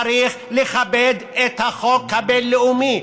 צריך לכבד את החוק הבין-לאומי,